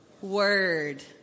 word